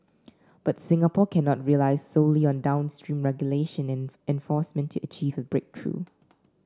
but Singapore cannot rely solely on downstream regulation and enforcement to achieve a breakthrough